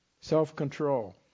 self-control